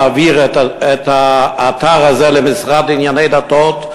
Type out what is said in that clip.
להעביר את האתר הזה למשרד לענייני דתות,